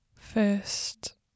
First